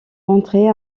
rentrer